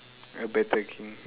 a better king